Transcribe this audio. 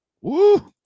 Woo